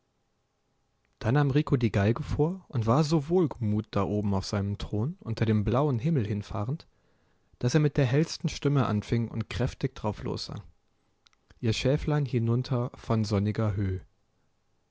da nahm rico die geige vor und war so wohlgemut da oben auf seinem thron unter dem blauen himmel hinfahrend daß er mit der hellsten stimme anfing und kräftig darauflos sang ihr schäflein hinunter von sonniger